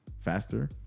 faster